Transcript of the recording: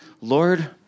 Lord